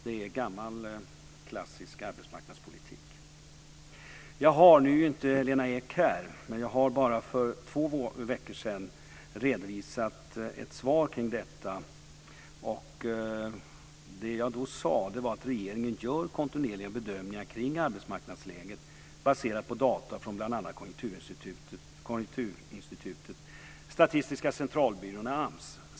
Det är gammal klassisk arbetsmarknadspolitik. För bara två veckor sedan har jag redovisat ett svar kring detta. Det jag då sade var att regeringen gör kontinuerliga bedömningar kring arbetsmarknadsläget baserade på data från bl.a. Konjunkturinstitutet, Statistiska Centralbyrån och AMS.